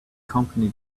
company